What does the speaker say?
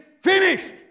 finished